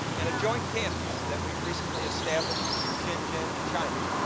and a joint campus that we've recently established in shenzhen, china.